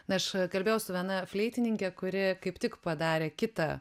na aš kalbėjau su viena fleitininke kuri kaip tik padarė kitą